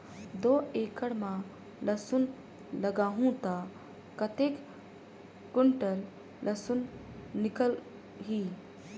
दो एकड़ मां लसुन लगाहूं ता कतेक कुंटल लसुन निकल ही?